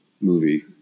movie